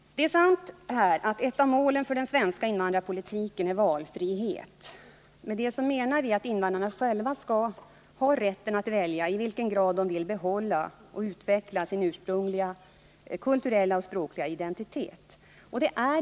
Det är sant att ett av målen för den svenska invandrarpolitiken är valfrihet. Med det menas att invandrarna själva skall ha rätten att välja i vilken grad de vill behålla och utveckla sin ursprungliga kulturella och språkliga identitet.